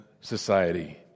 society